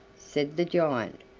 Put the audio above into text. said the giant,